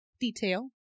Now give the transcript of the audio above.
detail